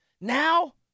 Now